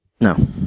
no